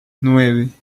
nueve